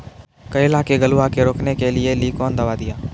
करेला के गलवा के रोकने के लिए ली कौन दवा दिया?